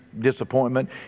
Disappointment